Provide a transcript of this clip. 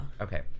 okay